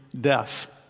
Death